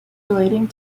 relating